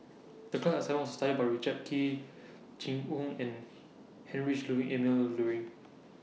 The class assignment was to study about Richard Kee Jing Hong and Heinrich Ludwig Emil Luering